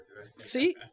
see